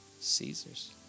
Caesar's